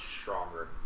stronger